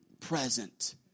present